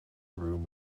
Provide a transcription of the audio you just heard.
room